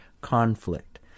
conflict